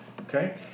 Okay